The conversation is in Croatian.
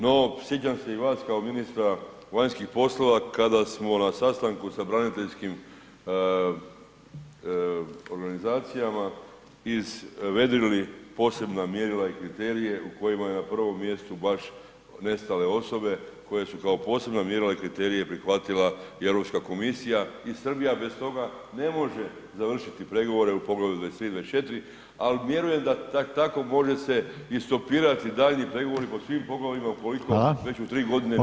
No, sjećam se i vas kao ministra vanjskih poslova, kada smo na sastanku sa braniteljskim organizacijama izvedrili posebna mjerila i kriterije kojima je na prvom mjestu baš nestale osobe koje su kao posebna mjerila i kriterije prihvatila i EU komisija i Srbija bez toga ne može završiti pregovore u poglavlju 23. i 24., ali vjerujem da tako može se i stopirati i daljnji pregovori po svim poglavljima ukoliko [[Upadica: Hvala.]] već u 3 godine nije